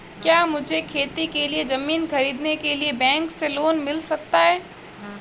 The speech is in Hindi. क्या मुझे खेती के लिए ज़मीन खरीदने के लिए बैंक से लोन मिल सकता है?